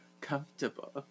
comfortable